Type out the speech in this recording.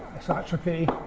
isotropy